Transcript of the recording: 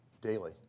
DAILY